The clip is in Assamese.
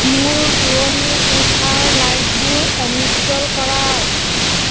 মোৰ শোৱনি কোঠাৰ লাইটবোৰ অনুজ্জ্বল কৰা